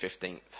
15th